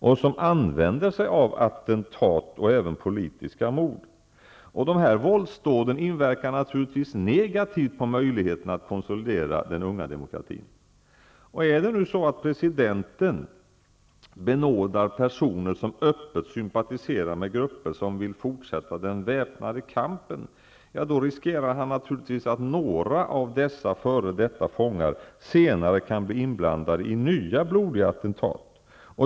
De använder sig av attentat och även politiska mord. Dessa våldsdåd inverkar naturligtvis negativt på möjligheterna att konsolidera den unga demokratin. Om presidenten benådar personer som öppet sympatiserar med grupper som vill fortsätta den väpnade kampen riskerar han att några av dessa f.d. fångar senare kan bli inblandade i nya blodiga attentat.